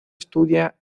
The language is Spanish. estudia